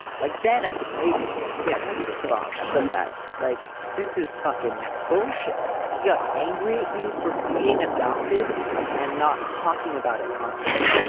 like then i could maybe understand as you respond but that like this is fucking bullshit. he got angry at you for being adopted and not talking about it constantly.